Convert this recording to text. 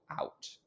out